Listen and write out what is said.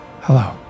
Hello